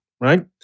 right